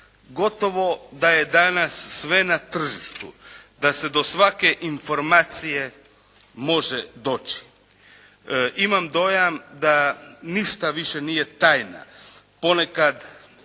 Gotovo da je danas sve na tržištu, da se do svake informacije može doći. Imam dojam da ništa više nije tajna. Ponekad